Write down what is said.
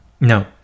No